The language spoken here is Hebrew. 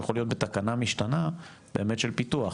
שהוא יכול להיות בתקנה משתנה של פיתוח,